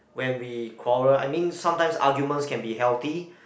when we quarrel I mean sometimes arguments can be healthy